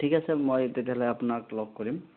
ঠিক আছে মই তেতিয়াহ'লে আপোনাক লগ কৰিম